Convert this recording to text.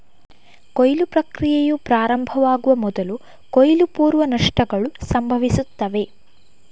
ಕೊಯ್ಲು ಪ್ರಕ್ರಿಯೆಯು ಪ್ರಾರಂಭವಾಗುವ ಮೊದಲು ಕೊಯ್ಲು ಪೂರ್ವ ನಷ್ಟಗಳು ಸಂಭವಿಸುತ್ತವೆ